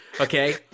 Okay